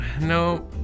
no